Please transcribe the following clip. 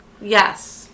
Yes